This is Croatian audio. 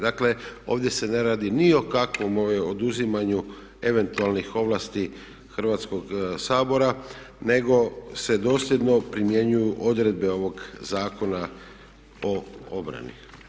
Dakle, ovdje se ne radi ni o kakvom oduzimanju eventualnih ovlasti Hrvatskog sabora nego se dosljedno primjenjuju odredbe ovog Zakona o obrani.